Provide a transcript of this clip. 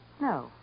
No